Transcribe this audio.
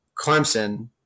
Clemson